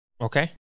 Okay